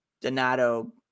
Donato